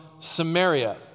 Samaria